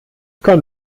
kann